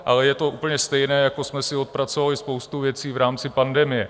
Ale je to úplně stejné, jako jsme si odpracovali spoustu věcí v rámci pandemie.